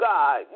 God